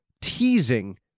teasing